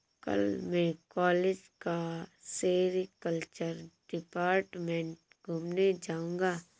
कल मैं कॉलेज का सेरीकल्चर डिपार्टमेंट घूमने जाऊंगा